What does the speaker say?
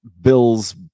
Bills